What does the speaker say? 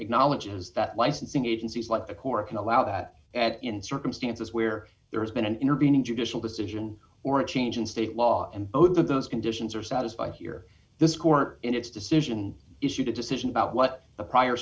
acknowledges that licensing agencies like the corps can allow that and in circumstances where there has been an intervening judicial decision or a change in state law and both of those conditions are satisfied here this court in its decision issued a decision about what the prior